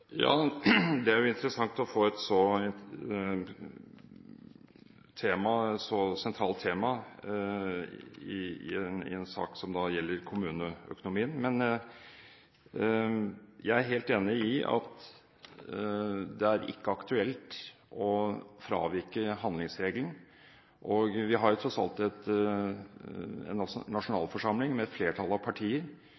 sentralt tema i en sak som gjelder kommuneøkonomien! Jeg er helt enig i at det ikke er aktuelt å fravike handlingsregelen. Vi har tross alt en nasjonalforsamling med et